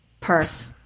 perf